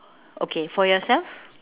okay for yourself